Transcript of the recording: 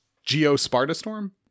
Geo-Sparta-Storm